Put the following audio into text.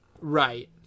Right